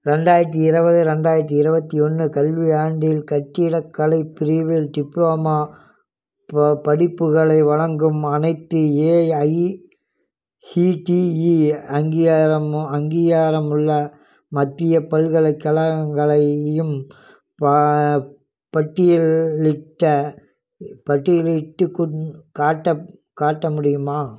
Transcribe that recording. ரெண்டாயிரத்தி இருபது ரெண்டாயிரத்தி இருபத்தி ஒன்று கல்வியாண்டின் கட்டிடக்கலை பிரிவில் டிப்ளமா படிப்புகளை வழங்கும் அனைத்து ஏஐசிடிஇ அங்கீகாரம் அங்கீகாரமுள்ள மத்திய பல்கலைக்கழகங்களையும் பட்டியலிட்டு பட்டியலிட்டு காட்ட காட்ட முடியுமா